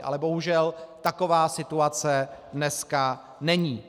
Ale bohužel taková situace dneska není.